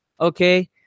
Okay